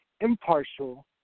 impartial